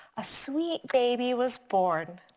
a sweet baby was born.